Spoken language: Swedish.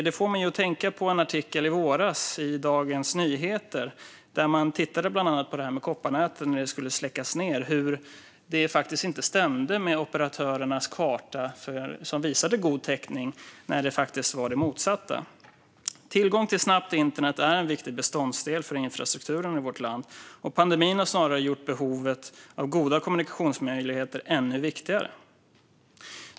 Det får mig att tänka på en artikel från i våras i Dagens Nyheter, där man bland annat tittade på kopparnäten och att de skulle släckas ned. Där framgick att detta inte stämde med operatörernas karta, som visade god täckning när den faktiskt var det motsatta. Tillgång till snabbt internet är en viktig beståndsdel för infrastrukturen i vårt land, och pandemin har gjort behovet av goda kommunikationsmöjligheter ännu viktigare.